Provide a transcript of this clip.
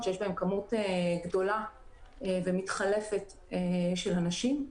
שיש להן כמות גדולה ומתחלפת של אנשים,